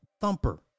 Thumper